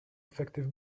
effective